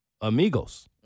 Amigos